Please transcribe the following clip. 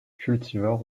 cultivars